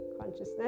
consciousness